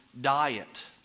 Diet